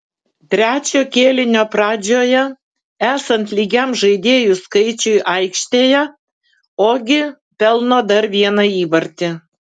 trečio kėlinio pradžioje esant lygiam žaidėjų skaičiui aikštėje ogi pelno dar vieną įvartį